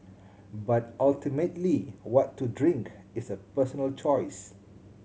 but ultimately what to drink is a personal choice